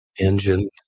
Engine